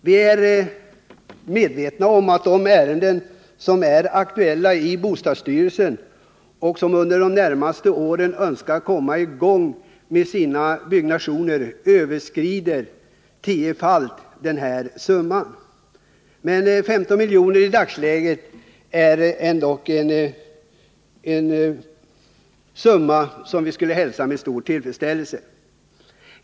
Vi är ju väl medvetna om att de ärenden som är aktuella i bostadsstyrelsen, som under de närmaste åren önskar komma i gång med sin byggnation, tiofalt överskrider denna summa. Men en höjning med 15 miljoner skulle vi i dagsläget hälsa med stor tillfredsställelse.